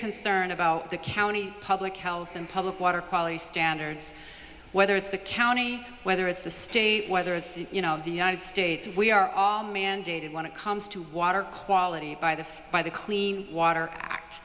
concern about the county public health and public water quality standards whether it's the county whether it's the state whether it's the united states we are all mandated want to comes to water quality by the by the queen water act